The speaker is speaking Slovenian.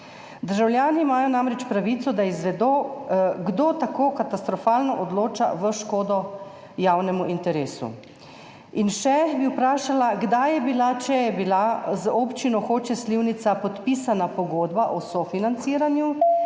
Državljani imajo namreč pravico, da izvedo, kdo tako katastrofalno odloča v škodo javnemu interesu. In še bi vprašala: Kdaj je bila, če je bila, z Občino Hoče - Slivnica podpisana pogodba o sofinanciranju?